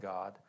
God